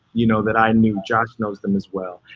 you know, that i knew, josh knows them as well.